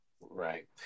right